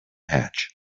hatch